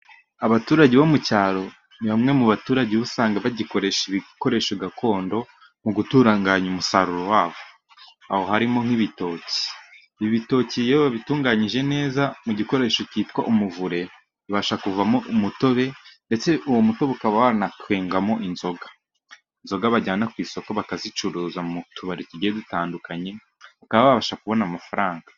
Abaturage bo mu cyaro ni bamwe mu baturage usanga bagikoresha ibikoresho gakondo mu gutunganya umusaruro wabo. Aho harimo nk'ibitoki, ibitoki iyo babitunganyije neza mu gikoresho cyitwa umuvure, bibasha kuvamo umutobe ndetse uwo mu mutobe ukaba wanakwengamo inzoga. Inzoga bajyana ku isoko bakazicuruza mu tubari tugiye dutandukanye, ukaba wabasha kubona amafaranga.